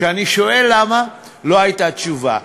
כשאני שואל, למה, לא הייתה תשובה.